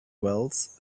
wells